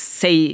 say